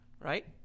Right